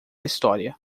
história